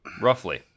roughly